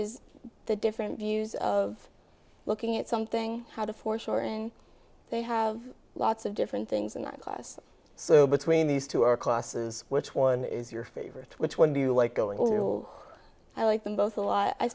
is the different views of looking at something how to foreshorten they have lots of different things in that class so between these two are classes which one is your favorite which one do you like going to know i like them both a